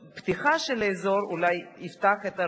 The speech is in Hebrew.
מגוריו, או אולי באזור המגורים של